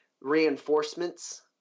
reinforcements